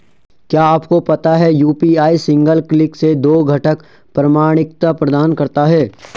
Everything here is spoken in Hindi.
क्या आपको पता है यू.पी.आई सिंगल क्लिक से दो घटक प्रमाणिकता प्रदान करता है?